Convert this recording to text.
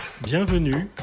Bienvenue